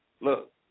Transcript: look